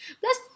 Plus